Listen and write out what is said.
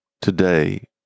Today